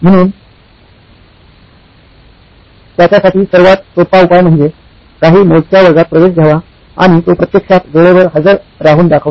म्हणून त्याच्यासाठी सर्वात सोपा उपाय म्हणजे काही मोजक्या वर्गात प्रवेश घ्यावा आणि तो प्रत्यक्षात वेळेवर हजर राहून दाखवणे